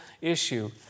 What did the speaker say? issue